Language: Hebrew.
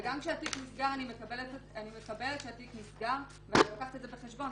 גם כשהתיק נסגר אני מקבלת שהתיק נסגר ואני לוקחת את זה בחשבון,